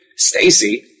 Stacy